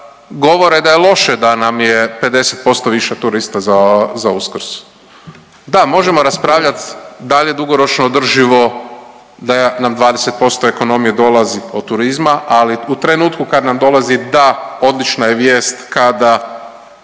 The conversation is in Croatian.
govore da je loše, da nam je 50% više turista za Uskrs, da možemo raspravljat dal je dugoročno održivo da nam 20% ekonomije dolazi od turizma, ali u trenutku kad nam dolazi da odlična je vijest kada